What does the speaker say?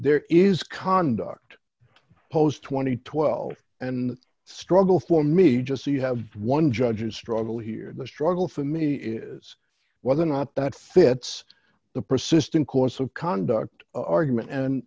there is conduct post two thousand and twelve and struggle for me just so you have one judge's struggle here the struggle for me is whether or not that fits the persistent course of conduct argument and